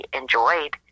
enjoyed